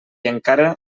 encara